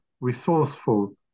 resourceful